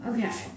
Okay